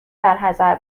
برحذر